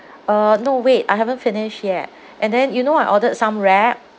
uh no wait I haven't finished yet and then you know I ordered some wrap